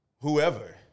whoever